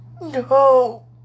No